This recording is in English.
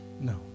No